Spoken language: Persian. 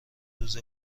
روز